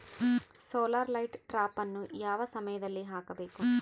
Solar light ಟ್ರಾಪನ್ನು ಯಾವ ಸಮಯದಲ್ಲಿ ಹಾಕಬೇಕು?